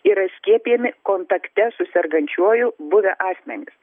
yra skiepijami kontakte su sergančiuoju buvę asmenys